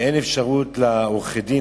ואין אפשרות לעורכי-הדין,